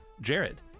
Jared